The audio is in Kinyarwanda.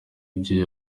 ibyo